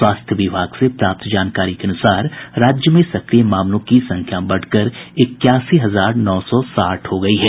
स्वास्थ्य विभाग से प्राप्त जानकारी के अनुसार राज्य में सक्रिय मामलों की संख्या बढ़कर इक्यासी हजार नौ सौ साठ है